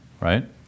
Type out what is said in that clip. right